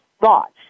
thoughts